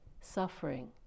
suffering